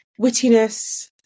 wittiness